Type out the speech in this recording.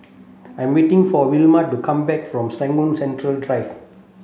I'm waiting for Wilma to come back from Serangoon Central Drive